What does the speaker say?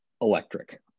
electric